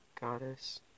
goddess